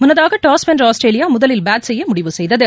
முன்னதாக டாஸ் வென்ற ஆஸ்திரேலியா முதலில் பேட் செய்ய முடிவு செய்தது